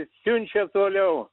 siunčia toliau